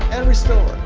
and restore.